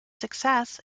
success